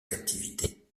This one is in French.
captivité